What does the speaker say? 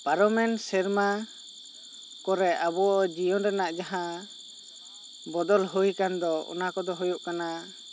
ᱯᱟᱨᱚᱢᱮᱱ ᱥᱮᱨᱢᱟ ᱠᱚᱨᱮ ᱟᱵᱚ ᱡᱤᱭᱚᱱ ᱨᱮᱱᱟᱜ ᱢᱟᱦᱟᱸ ᱵᱚᱫᱚᱞ ᱦᱩᱭ ᱟᱠᱟᱱ ᱫᱚ ᱚᱱᱟ ᱠᱚ ᱫᱚ ᱦᱩᱭᱩᱜ ᱠᱟᱱᱟ